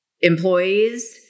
employees